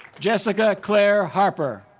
jessica claire harper